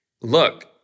look